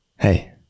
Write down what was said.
Hey